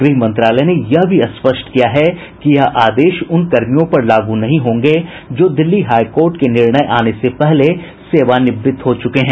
गृह मंत्रालय ने यह भी स्पष्ट किया है कि यह आदेश उन कर्मियों पर लागू नहीं होंगे जो दिल्ली हाईकोर्ट के ये निर्णय आने से पहले सेवानिवृत्त हो चुके हैं